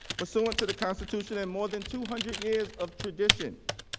but so and to the constitution and more than two hundred years of tradition,